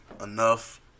enough